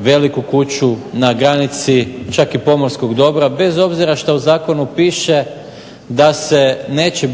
veliku kuću na granici čak i pomorskog dobra bez obzira što u zakonu piše da se neće